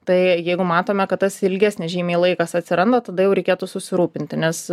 tai jeigu matome kad tas ilgesnis žymiai laikas atsiranda tada jau reikėtų susirūpinti nes